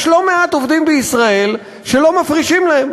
יש לא מעט עובדים בישראל שלא מפרישים להם.